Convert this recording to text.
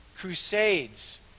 crusades